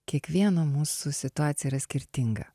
kiekvieno mūsų situacija yra skirtinga